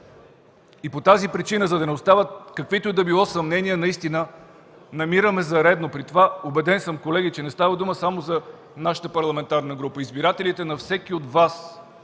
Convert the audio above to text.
По тази причина, за да не остават каквито и да било съмнения, наистина намираме за редно – при това съм убеден, колеги, че не става дума само за нашата парламентарна група, избирателите на всеки от Вас